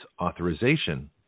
authorization